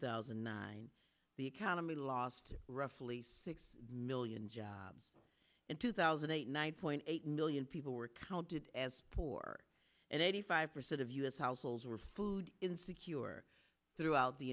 thousand and nine the economy lost roughly six million jobs in two thousand and eight nine point eight million people were counted as poor and eighty five percent of u s households were food insecure throughout the